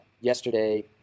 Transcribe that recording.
yesterday